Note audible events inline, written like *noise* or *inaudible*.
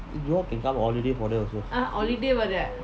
you all can come holiday *noise*